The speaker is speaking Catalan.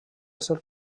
ser